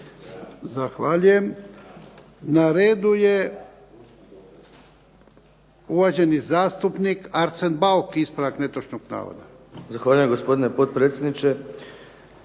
Zahvaljujem. Na redu je uvaženi zastupnik Arsen Bauk ispravak netočnog navoda. **Bauk, Arsen (SDP)** Zahvaljujem gospodine potpredsjedniče.